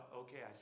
okay